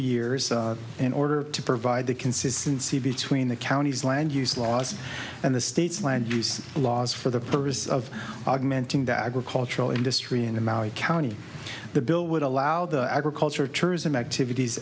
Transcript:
years in order to provide the consistency between the county's land use laws and the state's land use laws for the purpose of augmenting the agricultural industry and in maui county the bill would allow the agriculture tourism activities